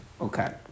Okay